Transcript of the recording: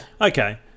Okay